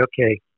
Okay